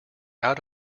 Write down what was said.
out